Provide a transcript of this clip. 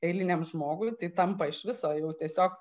eiliniam žmogui tai tampa iš viso jau tiesiog